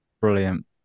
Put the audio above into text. brilliant